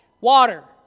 Water